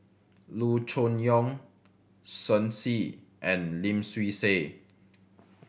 Loo Choon Yong Shen Xi and Lim Swee Say